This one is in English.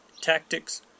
tactics